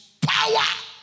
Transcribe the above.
power